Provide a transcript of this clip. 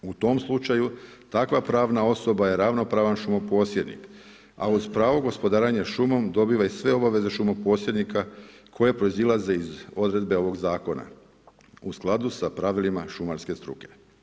U tom slučaju takva pravna osoba je ravnopravan šumo posjednik, a uz pravo gospodarenje šumom dobiva i sve obaveze šumo posjednika koje proizilaze iz odredbe ovog zakona u skladu sa pravilima šumarske struke.